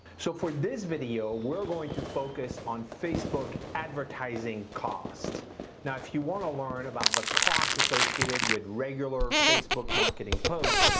so, for this video we're going to focus on facebook, advertising cost now, if you wanna learn about the cost associated with regular facebook marketing post,